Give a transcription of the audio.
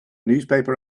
newspaper